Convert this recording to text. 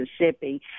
Mississippi